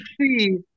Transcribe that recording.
see